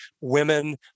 women